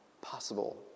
possible